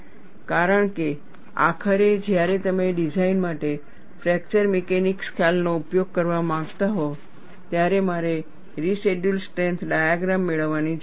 કારણ કે આખરે જ્યારે તમે ડિઝાઇન માટે ફ્રેકચર મિકેનિક્સ ખ્યાલોનો ઉપયોગ કરવા માંગતા હો ત્યારે મારે રેસિડયૂઅલ સ્ટ્રેન્થ ડાયાગ્રામ મેળવવાની જરૂર છે